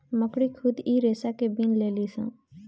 मकड़ी खुद इ रेसा के बिन लेलीसन